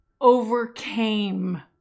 overcame